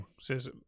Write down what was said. says